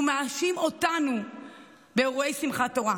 ומאשים אותנו באירועי שמחת תורה,